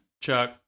Chuck